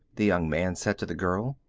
the young man said to the girl.